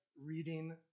reading